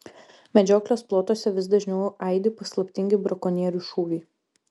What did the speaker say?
medžioklės plotuose vis dažniau aidi paslaptingi brakonierių šūviai